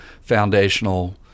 foundational